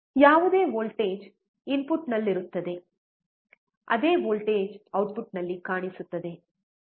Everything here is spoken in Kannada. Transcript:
ಯಾವುದೇ ವೋಲ್ಟೇಜ್ ಇನ್ಪುಟ್ನಲ್ಲಿರುತ್ತದೆ ಅದೇ ವೋಲ್ಟೇಜ್ ಔಟ್ಪುಟ್ನಲ್ಲಿ ಕಾಣಿಸುತ್ತದೆ